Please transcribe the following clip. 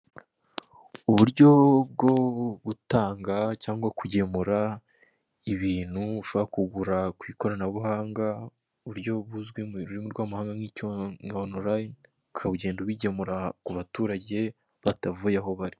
Uburyo bwo gutanga cyangwa kugemura ibintu ushobora kugura ku ikoranabuhanga, uburyo buzwi mu rurimi rw'amahanga nka onurayini, ukagenda ubigemura ku baturage batavuye aho bari.